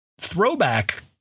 throwback